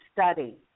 study